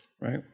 right